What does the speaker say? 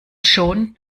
schon